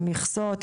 עם מכסות,